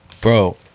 bro